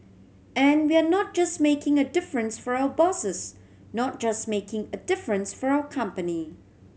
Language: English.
and we are not just making a difference for our bosses not just making a difference for our company